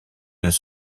deux